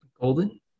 Golden